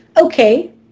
Okay